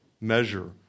measure